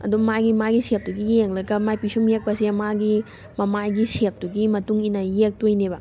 ꯑꯗꯨ ꯃꯥꯒꯤ ꯃꯥꯏꯒꯤ ꯁꯦꯞꯇꯨꯒꯤ ꯌꯦꯡꯂꯒ ꯃꯥꯏ ꯄꯤꯁꯨꯝ ꯌꯦꯛꯄꯁꯦ ꯃꯥꯒꯤ ꯃꯃꯥꯏꯒꯤ ꯁꯦꯞꯇꯨꯒꯤ ꯃꯇꯨꯡ ꯏꯟꯅ ꯌꯦꯛꯇꯣꯏꯅꯦꯕ